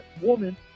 woman